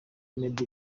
meddie